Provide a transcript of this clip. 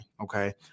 Okay